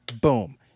Boom